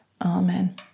Amen